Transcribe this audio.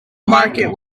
market